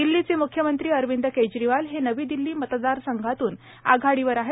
दिल्लीचे मुख्यमंत्री अरविंद केजरीवाल हे नवी दिल्ली मतदारसंघातून आघाडीवर आहेत